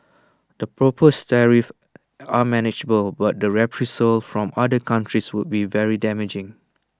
the proposed tariffs are manageable but the reprisals from other countries would be very damaging